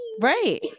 Right